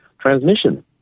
transmission